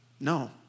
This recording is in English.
No